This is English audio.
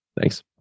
Thanks